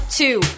two